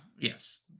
Yes